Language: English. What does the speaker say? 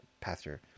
pastor